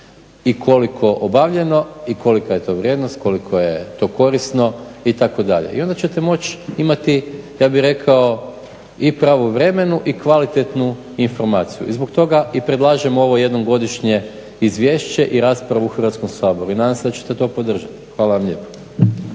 i koliko obavljeno i kolika je to vrijednost, koliko je to korisno itd. i onda ćete moći imati ja bih rekao i pravovremenu i kvalitetnu informaciju i zbog toga i predlažem ovo jednom godišnje izvješće i raspravu u Hrvatskom saboru i nadam se da ćete to podržati. Hvala vam lijepa.